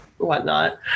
whatnot